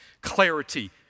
Clarity